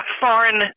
foreign